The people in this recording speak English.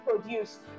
produce